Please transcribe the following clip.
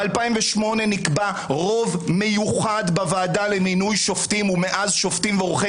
ב-2008 נקבע רוב מיוחד בוועדה למינוי שופטים ומאז שופטים ועורכי